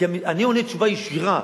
כי אני עונה תשובה ישירה,